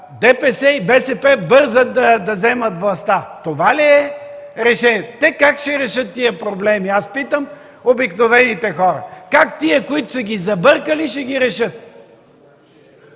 ДПС и БСП бързат да вземат властта?! Това ли е решението?! Как те ще решат тези проблеми? – питам аз обикновените хора. Как тези, които са ги забъркали, ще ги решат?